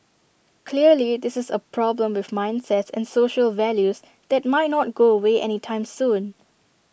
clearly this is A problem with mindsets and social values that might not go away anytime soon